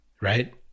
right